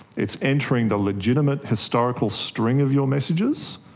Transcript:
it's entering the legitimate historical string of your messages,